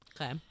okay